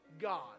God